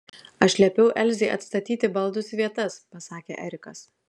aš liepiau elzei atstatyti baldus į vietas pasakė erikas